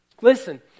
Listen